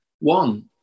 One